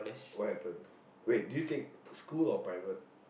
what happened wait do you take school or private